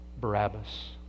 Barabbas